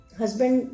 Husband